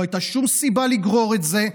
לא הייתה שום סיבה לגרור את זה,